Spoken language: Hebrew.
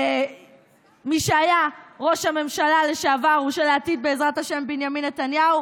מי שהיה ראש הממשלה לשעבר ושלעתיד בנימין נתניהו?